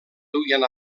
duien